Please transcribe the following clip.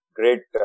great